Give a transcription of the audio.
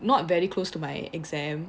not very close to my exam